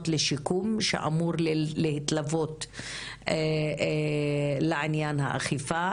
לשיקום שאמורות להתלוות לעניין האכיפה.